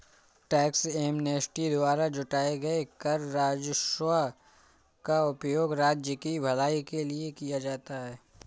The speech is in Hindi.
टैक्स एमनेस्टी द्वारा जुटाए गए कर राजस्व का उपयोग राज्य की भलाई के लिए किया जाता है